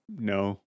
No